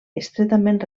estretament